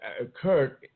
occurred